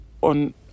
on